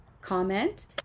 comment